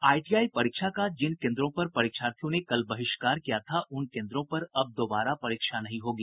ITI परीक्षा का जिन कोन्द्रों पर परीक्षार्थियों ने कल बहिष्कार किया था उन केन्द्रों पर अब दोबारा परीक्षा नहीं होगी